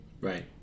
Right